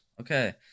Okay